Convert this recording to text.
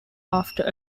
after